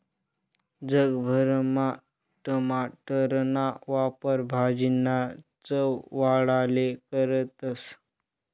जग भरमा टमाटरना वापर भाजीना चव वाढाले करतस